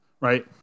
right